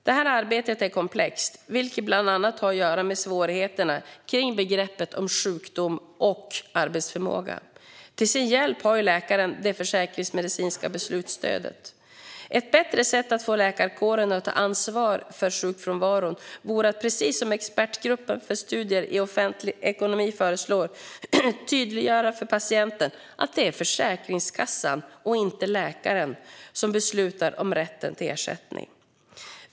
Detta arbete är komplext, vilket bland annat har att göra med svårigheterna kring begreppen sjukdom och arbetsförmåga. Till sin hjälp har läkaren det försäkringsmedicinska beslutsstödet. Ett bättre sätt att få läkarkåren att ta ansvar för sjukfrånvaron vore att, precis som Expertgruppen för studier i offentlig ekonomi föreslår, tydliggöra för patienten att det är Försäkringskassan och inte läkaren som beslutar om rätten till ersättning.